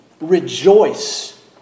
rejoice